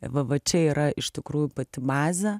va va čia yra iš tikrųjų pati bazė